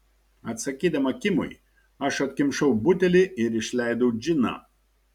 atsakydama kimui aš atkimšau butelį ir išleidau džiną